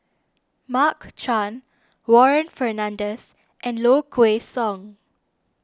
Mark Chan Warren Fernandez and Low Kway Song